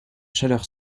chaleur